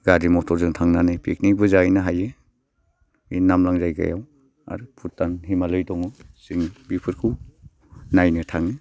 गारि मथरजों थांनानै पिकनिकबो जाहैनो हायो इ नामलां जायगायाव आरो भुटान हिमालय दङ जों बेफोरखौ नायनो थाङो